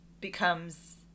becomes